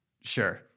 Sure